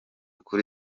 kuri